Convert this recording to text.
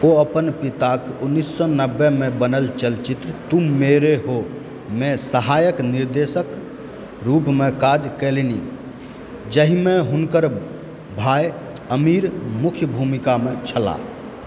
ओ अपन पिताक उन्नैस सौ नबे मे बनल चलचित्र तुम मेरे हो मे सहायक निर्देशकक रूपमे काज कैलनि जाहिमे हुनकर भाय आमिर मुख्य भूमिकामे छलाह